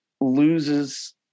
loses